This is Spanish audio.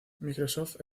microsoft